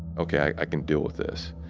ok. i can deal with this.